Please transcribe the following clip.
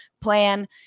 plan